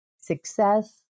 success